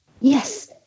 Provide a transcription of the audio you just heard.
Yes